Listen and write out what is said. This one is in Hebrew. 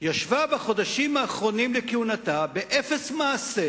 ישבה בחודשים האחרונים לכהונתה באפס מעשה,